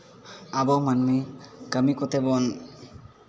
ᱟᱵᱚ ᱢᱟᱹᱱᱢᱤ ᱠᱟᱹᱢᱤ ᱠᱚᱛᱮ ᱵᱚᱱ